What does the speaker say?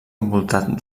envoltat